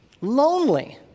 lonely